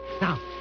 Now